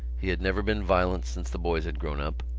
he had never been violent since the boys had grown up,